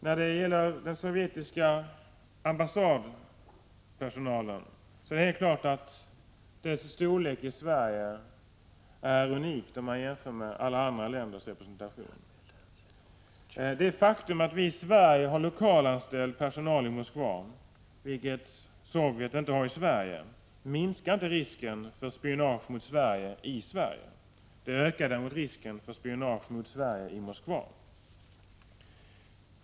Det står klart att den sovjetiska ambassadpersonalens storlek i Sverige är unik om man jämför med alla andra länders representation. Det faktum att Sverige har lokalanställd personal i Moskva, vilket Sovjet inte har i Sverige, minskar inte risken för spionage mot Sverige i Sverige. Det ökar däremot risken för spionage mot Sverige i Moskva.